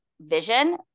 vision